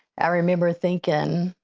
i remember thinking,